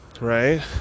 right